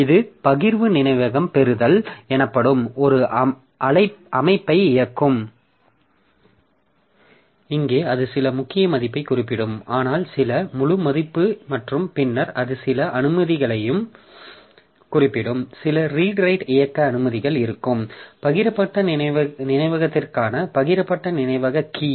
இது பகிர்வு நினைவகம் பெறுதல் எனப்படும் ஒரு அமைப்பை இயக்கும் இங்கே அது சில முக்கிய மதிப்பைக் குறிப்பிடும் ஆனால் சில முழு மதிப்பு மற்றும் பின்னர் அது சில அனுமதிகளையும் குறிப்பிடும் சில ரீட் ரைட் இயக்க அனுமதிகள் இருக்கும் பகிரப்பட்ட நினைவகத்திற்கான பகிரப்பட்ட நினைவக கீ